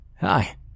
Hi